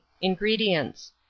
ingredients